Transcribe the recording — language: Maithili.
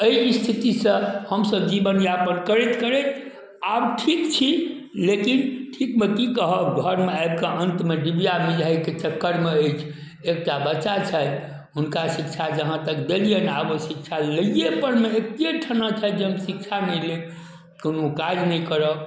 एहि इस्थितिसँ हमसभ जीवनयापन करैत करैत आब ठीक छी लेकिन ठीकमे कि कहब घरमे आबिके अन्तमे डिबिआ मिझाइके चक्करमे अछि एकटा बच्चा छथि हुनका शिक्षा जहाँ तक देलिअनि आब ओ शिक्षा लैएपर नहि एकेठाम छथि जे हम शिक्षा नहि लेब कोनो काज नहि करब